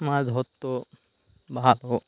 মাছ ধরত ভালো